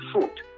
food